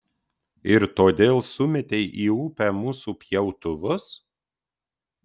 ir todėl sumėtei į upę mūsų pjautuvus